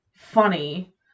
funny